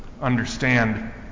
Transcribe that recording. understand